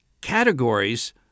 categories